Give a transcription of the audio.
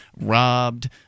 robbed